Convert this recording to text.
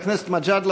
חבר הכנסת מג'אדלה,